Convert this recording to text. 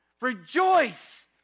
rejoice